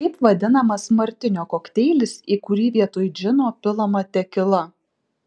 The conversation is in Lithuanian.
kaip vadinamas martinio kokteilis į kurį vietoj džino pilama tekila